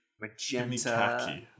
Magenta